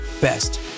best